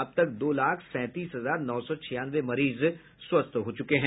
अब तक दो लाख सैतीस हजार नौ सौ छियानवे मरीज स्वस्थ हुये हैं